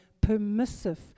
permissive